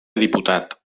diputat